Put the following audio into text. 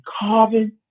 carbon